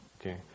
Okay